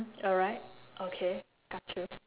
alright okay got you